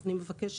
אני מציע